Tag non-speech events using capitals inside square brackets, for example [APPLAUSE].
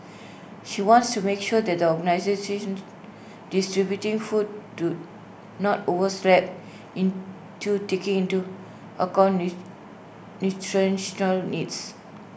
she wants to make sure that organisations distributing food do not overs lap into take into account [UNINTELLIGIBLE] nutritional needs